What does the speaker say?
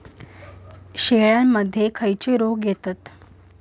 शेळ्यामध्ये खैचे रोग येतत?